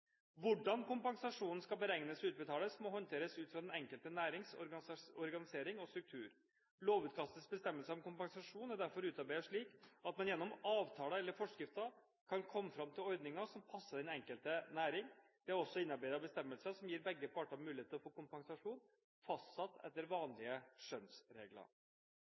Hvordan kompensasjonen skal beregnes og utbetales, må håndteres ut fra den enkelte nærings organisering og struktur. Lovutkastets bestemmelser om kompensasjon er derfor utarbeidet slik at man gjennom avtaler eller forskrifter kan komme fram til ordninger som passer den enkelte næring. Det er også innarbeidet bestemmelser som gir begge parter mulighet til å få kompensasjonen fastsatt etter vanlige skjønnsregler.